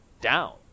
down